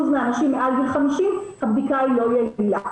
מהנשים מעל גיל 50 הבדיקה לא יעילה.